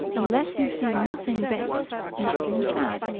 unless you see nothing base, nothing sad.